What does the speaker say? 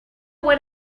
what